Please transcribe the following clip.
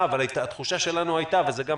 אבל התחושה שלנו היתה שצריך